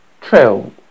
trail